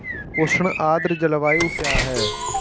उष्ण आर्द्र जलवायु क्या है?